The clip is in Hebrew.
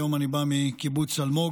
היום אני בא מקיבוץ אלמוג.